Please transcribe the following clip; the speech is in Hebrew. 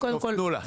תנו לה, בבקשה.